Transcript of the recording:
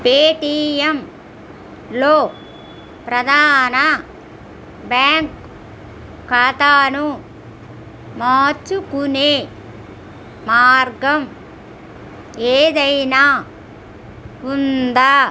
పేటిఎమ్లో ప్రధాన బ్యాంక్ ఖాతాను మార్చుకునే మార్గం ఏదైనా ఉందా